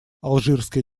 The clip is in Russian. алжирская